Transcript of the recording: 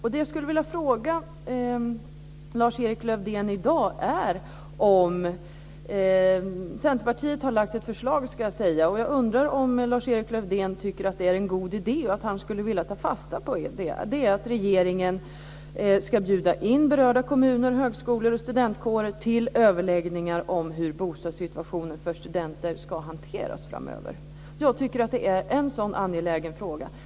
Centerpartiet har lagt fram ett förslag. Jag undrar om Lars-Erik Lövdén tycker att det är ett bra förslag och vill ta fasta på det. Det handlar om att regeringen ska bjuda in berörda kommuner, högskolor och studentkårer till överläggningar om hur bostadssituationen för studenter ska hanteras framöver. Det här är en angelägen fråga.